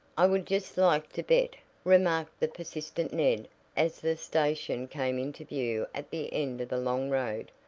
i would just like to bet, remarked the persistent ned as the station came into view at the end of the long road,